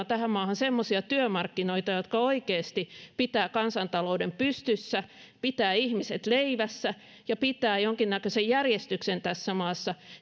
tähän maahan semmoisia työmarkkinoita jotka oikeasti pitävät kansantalouden pystyssä pitävät ihmiset leivässä ja pitävät jonkinnäköisen järjestyksen tässä maassa